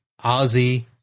Ozzy